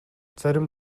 зарим